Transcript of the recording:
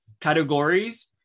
categories